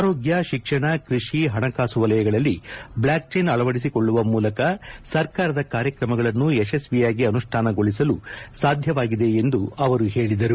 ಅರೋಗ್ನ ಶಿಕ್ಷಣ ಕೃಷಿ ಹಣಕಾಸು ವಲಯಗಳಲ್ಲಿ ಬ್ಲ್ಕಾಕ್ ಚೈನ್ ಅಳವಡಿಸಿಕೊಳ್ಳುವ ಮೂಲಕ ಸರ್ಕಾರದ ಕಾರ್ಯಕ್ರಮಗಳನ್ನು ಯಶಸ್ತಿಯಾಗಿ ಆನುಷ್ಟಾನಗೊಳಿಸಲು ಸಾಧ್ಯವಾಗಿದೆ ಎಂದು ಅವರು ಹೇಳಿದರು